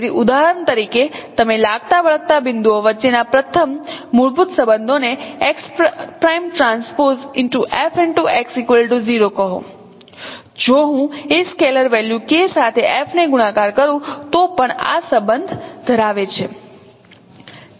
તેથી ઉદાહરણ તરીકે તમે લાગતાવળગતા બિંદુઓ વચ્ચેના પ્રથમ મૂળભૂત સંબંધોને x'TF x 0 કહો જો હું એ સ્કેલર વેલ્યુ K સાથે F ને ગુણાકાર કરું તો પણ આ સંબંધ ધરાવે છે